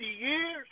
years